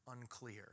unclear